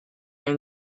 and